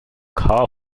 car